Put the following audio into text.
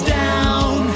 down